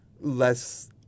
less